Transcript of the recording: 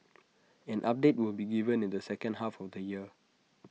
an update will be given in the second half of the year